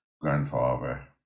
grandfather